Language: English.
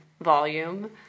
volume